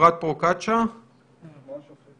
אפרת פרוקצ'יה ממשרד האוצר.